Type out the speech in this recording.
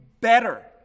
better